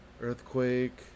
earthquake